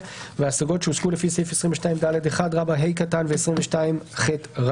וההשגות שהוגשו לפי סעיף 22ד1(ה) ו-22ח".